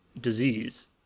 disease